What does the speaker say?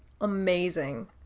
amazing